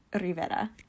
Rivera